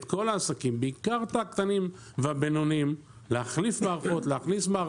כל העסקים ובעיקר את הקטנים והבינוניים להחליף מערכות,